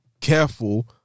careful